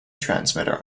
transmitter